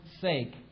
sake